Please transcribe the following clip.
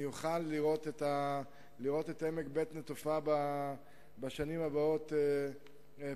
אני אוכל לראות את עמק בית-נטופה בשנים הבאות פורה.